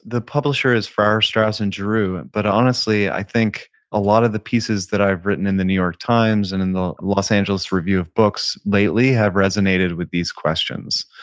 the publisher is farrar, straus and giroux, and but honestly i think a lot of the pieces that i've written in the new york times and in the los angeles review of books lately have resonated with these questions.